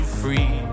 free